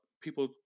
people